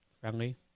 friendly